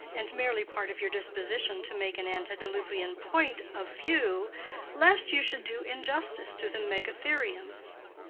and merely part of your disposition to make an antedeluvian point of view lest you should do injustice to the megatherium.